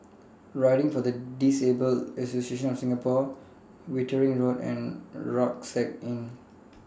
Riding For The Disabled Association of Singapore Wittering Road and Rucksack Inn